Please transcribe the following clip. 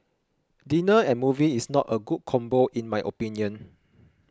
dinner and movie is not a good combo in my opinion